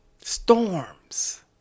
storms